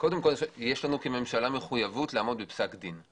קודם כול יש לנו כממשלה מחויבות לעמוד בפסק דין.